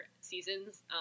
seasons